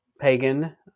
pagan